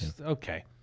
Okay